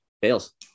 Fails